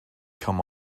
come